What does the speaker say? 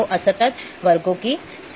तो असतत वर्गों की सूची